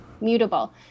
mutable